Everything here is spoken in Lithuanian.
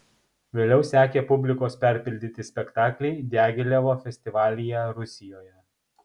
vėliau sekė publikos perpildyti spektakliai diagilevo festivalyje rusijoje